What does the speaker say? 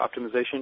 optimization